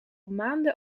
maanden